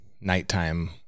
nighttime